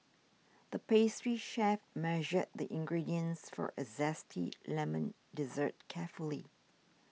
the pastry chef measured the ingredients for a Zesty Lemon Dessert carefully